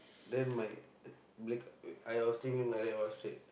then my I was sleeping like that was straight